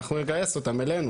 אנחנו נגייס אותם אלינו.